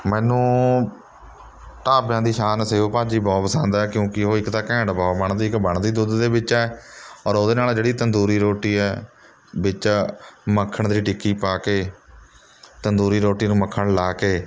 ਮੈਨੂੰ ਢਾਬਿਆਂ ਦੀ ਸ਼ਾਨ ਸੇਵ ਭਾਜੀ ਬਹੁਤ ਪਸੰਦ ਹੈ ਕਿਉਂਕਿ ਉਹ ਇੱਕ ਤਾਂ ਘੈਂਟ ਬਹੁਤ ਬਣਦੀ ਇੱਕ ਬਣਦੀ ਦੁੱਧ ਦੇ ਵਿੱਚ ਹੈ ਔਰ ਉਹਦੇ ਨਾਲ਼ ਜਿਹੜੀ ਤੰਦੂਰੀ ਰੋਟੀ ਹੈ ਵਿੱਚ ਮੱਖਣ ਦੀ ਟਿੱਕੀ ਪਾ ਕੇ ਤੰਦੂਰੀ ਰੋਟੀ ਨੂੰ ਮੱਖਣ ਲਾ ਕੇ